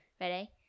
Ready